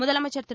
முதலமைச்சர் திரு